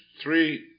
three